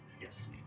Yes